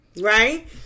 Right